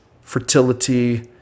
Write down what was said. fertility